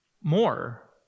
more